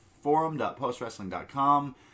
Forum.postwrestling.com